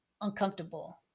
uncomfortable